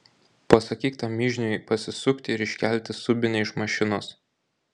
pasakyk tam mižniui pasisukti ir iškelti subinę iš mašinos